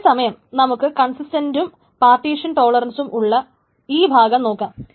അതേ സമയം നമുക്ക് കൺസിസ്റ്റന്റും പാർട്ടീഷ്യൻ ടോളറൻസും ഉള്ള ഈ ഭാഗം നോക്കാം